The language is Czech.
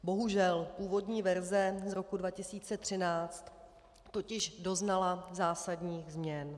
Bohužel původní verze z roku 2013 totiž doznala zásadních změn.